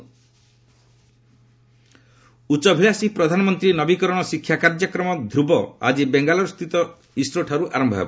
ଗମେଣ୍ଟ innovation ଉଚ୍ଚାଭିଳାଷୀ ପ୍ରଧାନମନ୍ତ୍ରୀ ନବୀକରଣ ଶିକ୍ଷା କାର୍ଯ୍ୟକ୍ରମ ଧ୍ରବ ଆଜି ବେଙ୍ଗାଲୁର ସ୍ଥିତ ଇସ୍ରୋଠାରୁ ଆରମ୍ଭ ହେବ